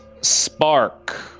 spark